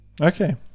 Okay